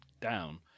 down